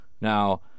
Now